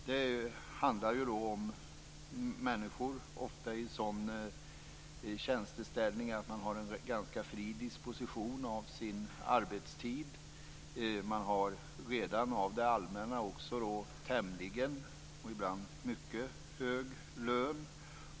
Det handlar ju om människor som ofta har en sådan tjänsteställning att de har en ganska fri disposition av sin arbetstid. Man har redan av det allmänna en tämligen - och ibland mycket - hög lön.